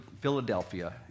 Philadelphia